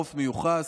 רוב מיוחס.